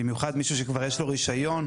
במיוחד מישהו שכבר יש לו רישיון,